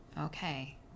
Okay